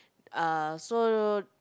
uh so